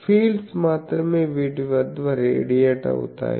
fields మాత్రమే వీటి వద్ద రేడియేట్ అవుతాయి